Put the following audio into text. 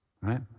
right